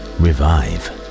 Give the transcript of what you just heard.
revive